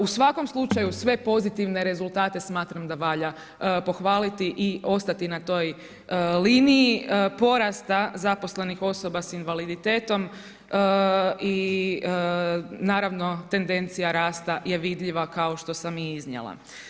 U svakom slučaju sve pozitivne rezultate smatram da valja pohvaliti i ostati na toj liniji porasta zaposlenih osoba s invaliditetom i naravno tendencija rasta je vidljiva kao što sam i iznijela.